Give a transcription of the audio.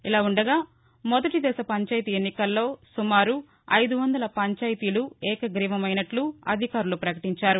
ఇలా వుండగా మొదటి దశ పంచాయతీ ఎన్నికల్లో సుమారు ఐదు వందల పంచాయతీలు ఏకగ్రీవం అయినట్లు అధికారులు పకటించారు